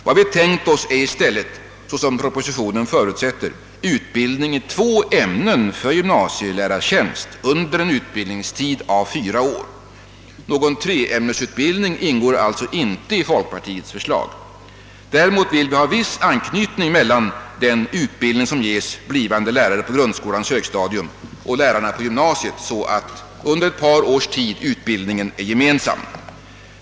Vad vi tänkt oss är i stället — såsom propositionen förutsätter — utbildning i två ämnen för gymnasielärartjänst under en utbildningstid av fyra år. Någon treämnesutbildning ingår alltså inte i folkpartiets förslag. Däremot vill vi ha viss anknytning mellan den utbildning som ges blivande lärare på grundskolans högstadium och lärarna på gymnasiet, så att under ett par års tid utbildningen är gemensam.